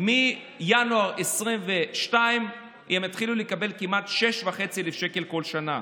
מינואר 2022 הם יתחילו לקבל כמעט 6,500 שקל כל שנה.